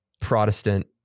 Protestant